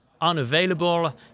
unavailable